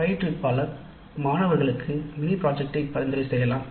பயிற்றுவிப்பாளர் மாணவர்களுக்கு mini project பரிந்துரை செய்யலாம்